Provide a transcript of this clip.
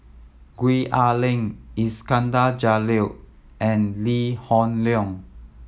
Gwee Ah Leng Iskandar Jalil and Lee Hoon Leong